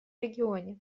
регионе